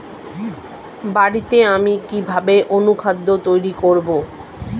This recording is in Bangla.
বাড়িতে আমি কিভাবে অনুখাদ্য তৈরি করব?